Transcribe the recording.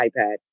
iPad